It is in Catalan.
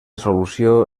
solució